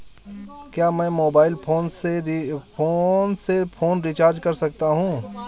क्या मैं mobile phone से फोन रिचार्ज कर सकता हूं?